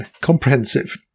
comprehensive